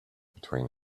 between